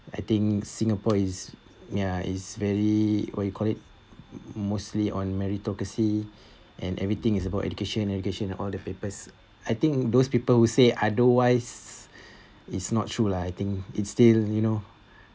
I think singapore is ya is very what you call it mostly on meritocracy and everything is about education education all the papers I think those people who say otherwise it's not true lah I think it's still you know